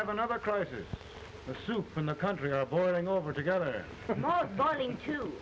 i have another crisis the soup and the country are boiling over together